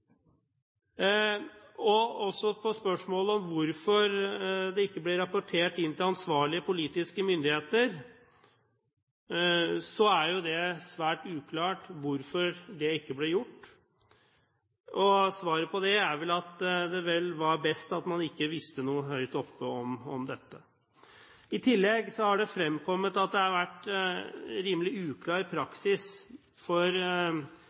spørsmålet om hvorfor det ikke ble rapportert inn til ansvarlige politiske myndigheter, er det svært uklart hvorfor det ikke ble gjort. Svaret på det er vel at det vel var best at man ikke visste noe høyt oppe om dette. I tillegg har det fremkommet at det har vært en rimelig uklar praksis for